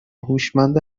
هوشمند